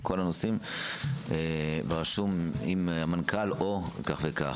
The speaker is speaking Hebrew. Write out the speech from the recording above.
בכל הנושאים כתוב אם מנכ"ל או כך וכך.